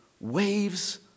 waves